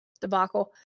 debacle